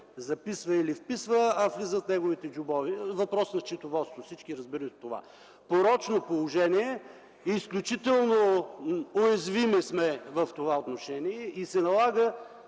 записва или вписва, а всъщност влизат в неговите джобове. Въпрос на счетоводство – всички разбират това порочно положение. Изключително уязвими сме в това отношение. Налага